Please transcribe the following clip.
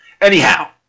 Anyhow